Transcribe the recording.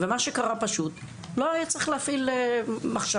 מה שקרה, לא היה צריך להפעיל מחשבה,